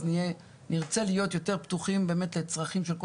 אז נרצה להיות יותר פתוחים באמת לצרכים של כל